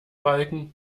balken